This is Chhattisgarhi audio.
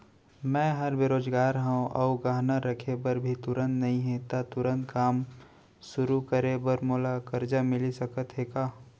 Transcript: मैं ह बेरोजगार हव अऊ गहना रखे बर भी तुरंत नई हे ता तुरंत काम शुरू करे बर मोला करजा मिलिस सकत हे का?